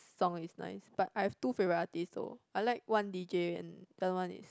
song is nice but I have two favourite artists though I like one d_j and the other one is